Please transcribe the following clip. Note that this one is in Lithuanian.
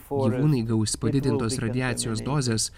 gyvūnai gaus padidintos radiacijos dozes